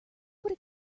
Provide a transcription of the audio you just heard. would